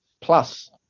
Plus